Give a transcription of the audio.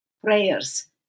prayers